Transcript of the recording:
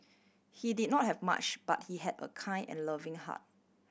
he did not have much but he had a kind and loving heart